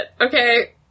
okay